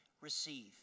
Receive